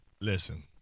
Listen